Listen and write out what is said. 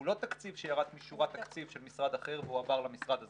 הוא לא תקציב שירד משורת התקציב של משרד אחר והועבר למשרד הזה.